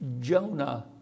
Jonah